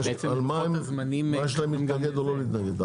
על מה יש להם להתנגד או לא להתנגד?